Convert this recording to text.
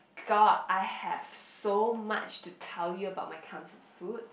God I have so much to tell you about my comfort food